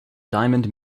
diamond